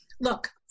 look